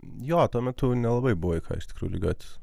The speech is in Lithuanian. jo tuo metu nelabai buvo iš tikrųjųlygiuotis